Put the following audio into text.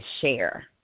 share